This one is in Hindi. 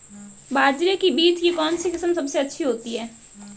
बाजरे के बीज की कौनसी किस्म सबसे अच्छी होती है?